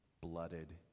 blooded